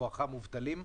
בואכה מובטלים,